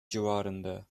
civarında